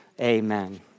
Amen